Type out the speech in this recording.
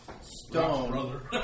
Stone